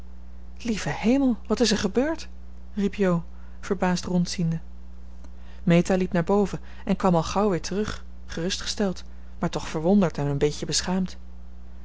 lieve hemel wat is er gebeurd riep jo verbaasd rondziende meta liep naar boven en kwam al gauw weer terug gerustgesteld maar toch verwonderd en een beetje beschaamd